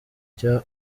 cya